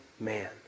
Man